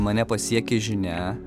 mane pasiekė žinia